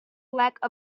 lack